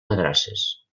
madrasses